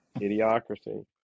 idiocracy